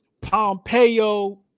Pompeo